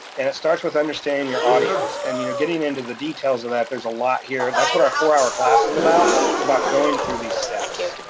and it starts with understanding your audience and you know getting into the details of that there's a lot here, that's what our four hour class is about, it's about going through these steps,